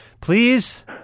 Please